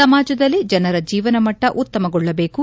ಸಮಾಜದಲ್ಲಿ ಜನರ ಜೀವನಮಟ್ಟ ಉತ್ತಮಗೊಳ್ಳಬೇಕು